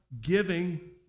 giving